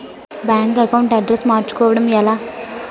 Bank account address మార్చుకోవడం ఎలా?